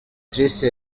tricia